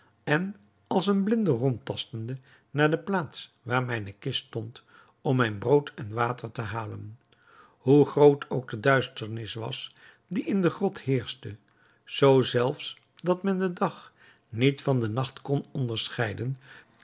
en als een blinde rondtastende naar de plaats waar mijne kist stond om mijn brood en water te halen hoe groot ook de duisternis was die in de grot heerschte zoo zelfs dat men den dag niet van den nacht kon onderscheiden